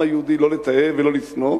לא לתעב ולא לשנוא.